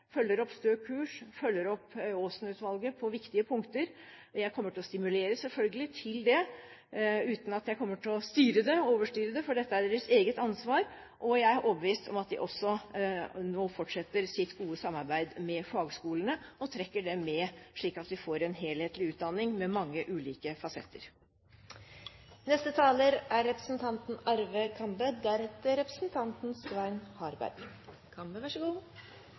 på viktige punkter. Jeg kommer selvfølgelig til å stimulere til det, uten at jeg kommer til å styre eller overstyre det, for dette er deres eget ansvar. Jeg er overbevist om at de fortsetter sitt gode samarbeid med fagskolene og trekker dem med, slik at vi får en helhetlig utdanning, med mange ulike fasetter. Jeg synes det er